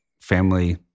family